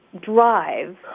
drive